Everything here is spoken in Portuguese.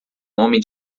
homem